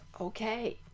Okay